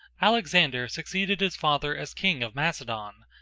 alexander succeeded his father as king of macedon,